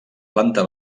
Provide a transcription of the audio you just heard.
planta